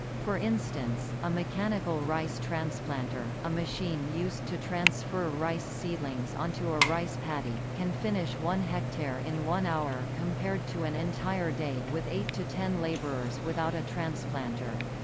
for instance, a mechanical rice transplanter a machine used to transfer rice seedlings onto a rice paddy can finish one hectare in one hour compared to an entire day with eight to ten laborers without a transplanter.